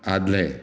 आदलें